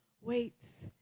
waits